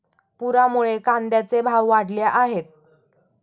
पुरामुळे कांद्याचे भाव वाढले आहेत